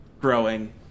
growing